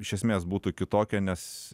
iš esmės būtų kitokia nes